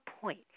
point